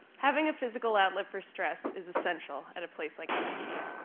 having a physical outlet for stress is essential at a place like mit.